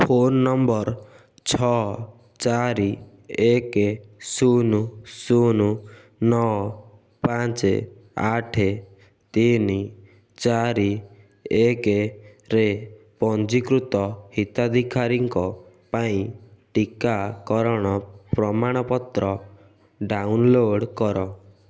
phone number ଛଅ ଚାରି ଏକ ଶୂନ ଶୂନ ନଅ ପାଞ୍ଚ ଆଠ ତିନି ଚାରି ଏକରେ ପଞ୍ଜୀକୃତ ହିତାଧିକାରୀଙ୍କ ପାଇଁ ଟିକାକରଣ ପ୍ରମାଣପତ୍ର ଡ଼ାଉନଲୋଡ଼୍ କର